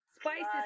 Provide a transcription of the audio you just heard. spices